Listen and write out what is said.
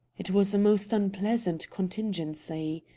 it was a most unpleasant contingency.